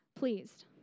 Pleased